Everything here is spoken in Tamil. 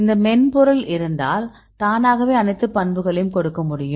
இந்த மென்பொருள் இருந்தால் தானாகவே அனைத்து பண்புகளையும் கொடுக்க முடியும்